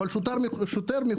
אבל שוטר מחויב